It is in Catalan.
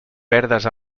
verdes